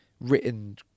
written